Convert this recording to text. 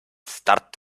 start